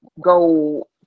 go